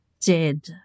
dead